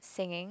singing